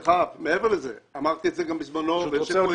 דרך אגב, מעבר לזה, אמרתי את זה גם בזמנו, רבותיי,